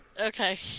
Okay